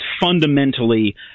fundamentally